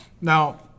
Now